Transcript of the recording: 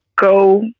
go